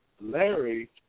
Larry